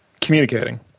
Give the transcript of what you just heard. communicating